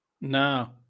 No